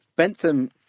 Bentham